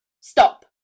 stop